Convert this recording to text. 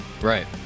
Right